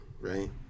right